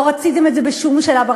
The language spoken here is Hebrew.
לא רציתם את זה בשום שלב.